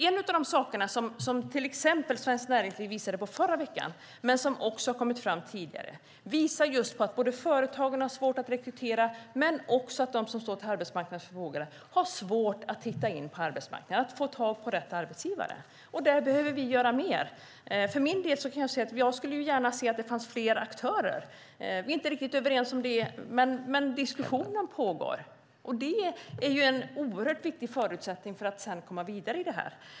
En av de saker som Svenskt Näringsliv visade förra veckan men som också har kommit fram tidigare pekar på att företagen har svårt att rekrytera men också att de som står till arbetsmarknadens förfogande har svårt att hitta in på arbetsmarknaden, att få tag på rätt arbetsgivare. Där behöver vi göra mer. Jag skulle gärna se att det fanns fler aktörer. Vi är inte riktigt överens om det, men diskussionen pågår. Det är en oerhört viktig förutsättning för att sedan komma vidare.